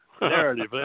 Narrative